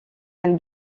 elle